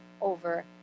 over